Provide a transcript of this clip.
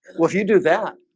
well, if you do that,